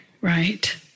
right